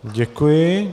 Děkuji.